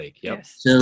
Yes